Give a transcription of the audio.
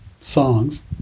songs